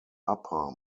upper